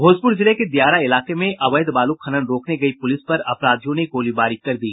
भोजपूर जिले के दियारा इलाके में अवैध बालू खनन रोकने गयी पूलिस पर अपराधियों ने गोलीबारी कर दी